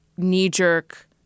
knee-jerk